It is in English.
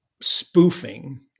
spoofing